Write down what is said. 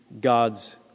God's